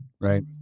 Right